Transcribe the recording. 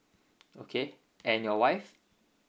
okay and your wife